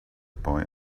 boy